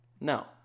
No